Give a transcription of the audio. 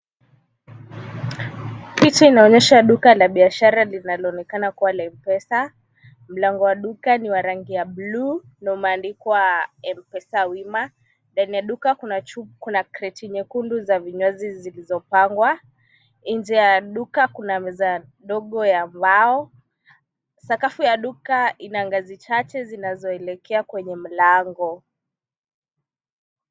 Picha inaonyesha duka la biashara linaloonekana kuwa la Mpesa. Mlango wa duka ni wa rangi ya buluu na umeandikwa Mpesa Wima. Ndani ya duka kuna kreti nyekundu za vinywaji zilizopangwa. Nje ya duka kuna meza ndogo ya mbao. Sakafu ya duka ina ngazi chache zinazoelekea kwenye mlango.